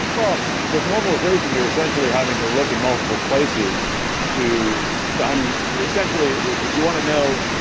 well, with normalization, you're essentially having to look at multiple places to to and yeah essentially, if you want to know,